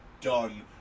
done